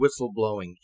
whistleblowing